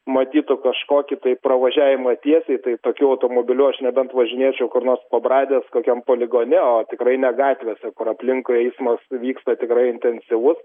matytų kažkokį tai pravažiavimą tiesiai tai tokiu automobiliu aš nebent važinėčiau kur nors pabradės kokiam poligone o tikrai ne gatvėse kur aplinkui eismas vyksta tikrai intensyvus